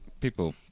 people